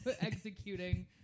executing